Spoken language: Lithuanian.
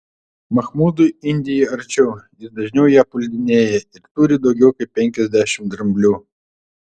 mahmudui indija arčiau jis dažniau ją puldinėja ir turi daugiau kaip penkiasdešimt dramblių